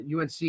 UNC